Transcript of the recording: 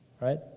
Right